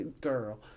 girl